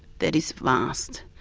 that is vast.